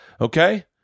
Okay